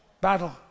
battle